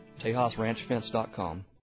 TejasRanchFence.com